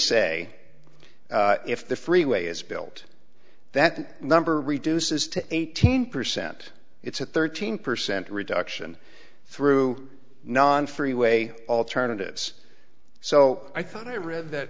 say if the freeway is built that number reduces to eighteen percent it's a thirteen percent reduction through non freeway alternatives so i thought i read that